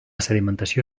sedimentació